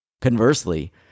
Conversely